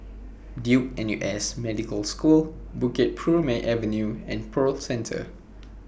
Duke N U S Medical School Bukit Purmei Avenue and Pearl Centre